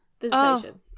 Visitation